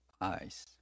eyes